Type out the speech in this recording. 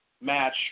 match